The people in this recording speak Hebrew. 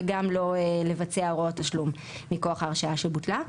וגם לא לבצע הוראות תשלום מכוח הוראה שבוטלה.